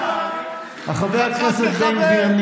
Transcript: חבר הכנסת בן גביר,